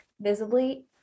visibly